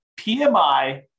PMI